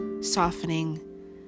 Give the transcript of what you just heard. softening